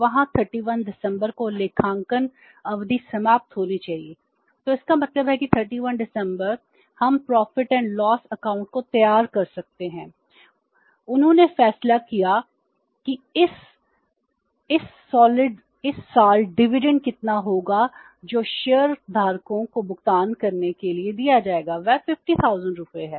चूँकि फर्म का लेखा अवधि द्वितीयक को भुगतान करने के लिए दिया जाएगा वह 50000 रुपये है